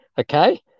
okay